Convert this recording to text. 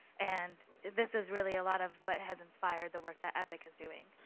and this is really a lot of what has inspired the work that epic is doing.